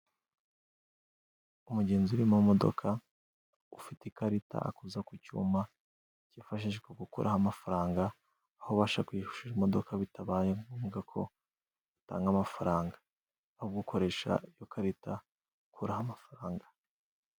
Umugenzi uri mu modoka ufite ikarita akoza ku cyuma cyifashishwa gukuraho amafaranga aho ubasha kwishyura imodoka bitabaye ngombwa ko atanga amafaranga ,aho gukoresha iyo karita akuraho amafaranga.